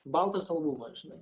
baltas albumas žinai